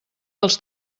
dels